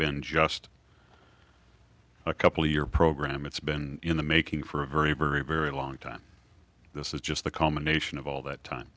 been just a couple year program it's been in the making for a very very very long time this is just the culmination of all that time